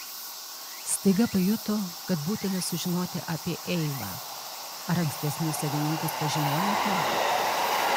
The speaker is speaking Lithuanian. staiga pajuto kad būtina sužinoti apie eivą ar ankstesnius savininkus pažinojote